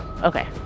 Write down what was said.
okay